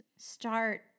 Start